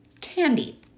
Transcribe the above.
candy